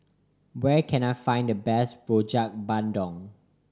where can I find the best Rojak Bandung